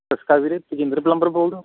ਸਤਿ ਸ਼੍ਰੀ ਅਕਾਲ ਵੀਰੇ ਤਜਿੰਦਰ ਪਲੰਬਰ ਬੋਲਦੇ ਹੋ